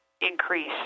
increase